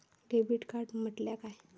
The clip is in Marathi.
डेबिट कार्ड म्हटल्या काय?